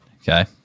okay